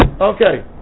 Okay